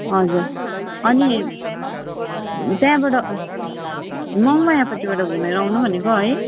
हजुर अनि त्यहाँबाट मङमायापट्टिबाट घुमेर आउनु भनेको है